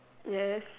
yes